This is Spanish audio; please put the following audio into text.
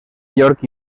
york